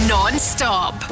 Non-stop